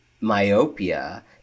myopia